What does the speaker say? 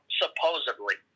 supposedly